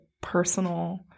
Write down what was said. personal